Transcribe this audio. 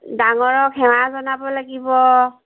ডাঙৰক সেৱা জনাব লাগিব